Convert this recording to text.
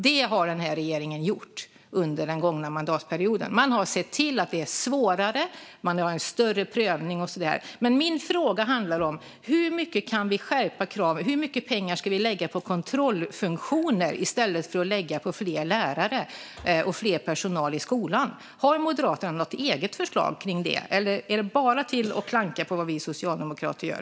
Det har den här regeringen gjort under den gångna mandatperioden. Man har sett till att det är svårare och att det görs en större prövning. Men min fråga handlar om hur mycket vi kan skärpa kraven. Hur mycket pengar ska vi lägga på kontrollfunktioner i stället för på fler lärare och mer personal i skolan? Har Moderaterna något eget förslag kring detta, eller handlar det bara om att klanka på vad vi socialdemokrater gör?